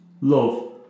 love